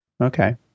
Okay